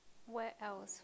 where else